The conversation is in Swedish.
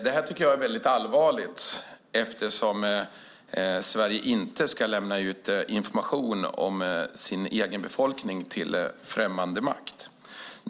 Det här tycker jag är väldigt allvarligt eftersom Sverige inte ska lämna ut information om sin egen befolkning till främmande makt.